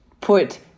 put